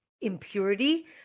impurity